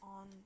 on